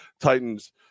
Titans